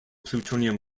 plutonium